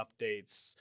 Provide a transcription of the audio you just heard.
updates